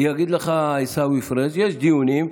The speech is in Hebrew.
ויגיד לך עיסאווי פריג' שיש דיונים,